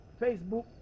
Facebook